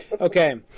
Okay